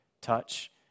Touch